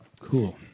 Cool